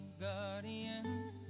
guardian